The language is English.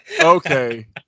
Okay